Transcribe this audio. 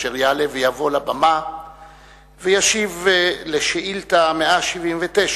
אשר יעלה ויבוא לבמה וישיב על שאילתא 179,